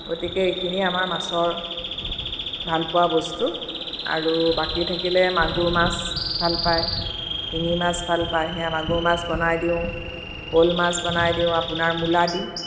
গতিকে এইখিনি আমাৰ মাছৰ ভালপোৱা বস্তু আৰু বাকী থাকিলে মাগুৰ মাছ ভাল পায় শিঙি মাছ ভাল পায় সেয়া মাগুৰ মাছ বনাই দিওঁ শ'ল মাছ বনাই দিওঁ আপোনাৰ মূলা দি